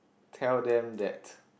tell them that